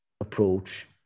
approach